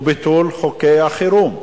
הוא ביטול חוקי החירום.